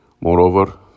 Moreover